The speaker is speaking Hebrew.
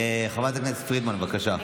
חברת הכנסת פרידמן, בבקשה.